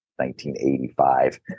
1985